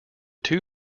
two